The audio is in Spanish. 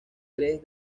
tres